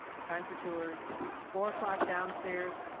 time for tours. four o'clock downstairs.